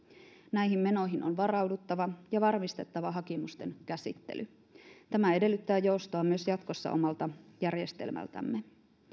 näihin menoihin on varauduttava ja varmistettava hakemusten käsittely tämä edellyttää joustoa myös jatkossa omalta järjestelmältämme